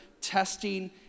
testing